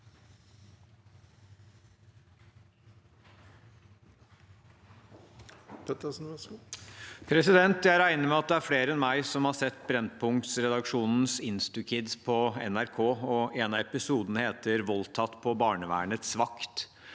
Jeg regner med at fle- re enn meg har sett Brennpunkt-redaksjonens Instukids på NRK. En av episodene heter «Voldtatt på barnevernets vakt».